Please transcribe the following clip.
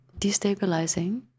destabilizing